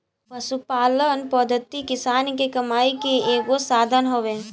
पशुपालन पद्धति किसान के कमाई के एगो साधन हवे